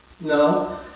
no